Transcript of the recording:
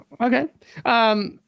Okay